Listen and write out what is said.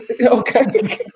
Okay